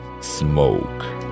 smoke